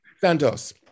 Santos